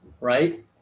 right